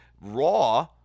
Raw